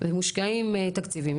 ומושקעים תקציבים.